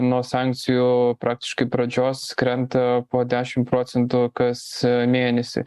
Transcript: nuo sankcijų praktiškai pradžios krenta po dešim procentų kas mėnesį